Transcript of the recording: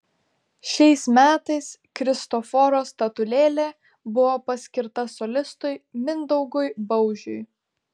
šiais metais kristoforo statulėlė buvo paskirta solistui mindaugui baužiui